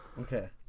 Okay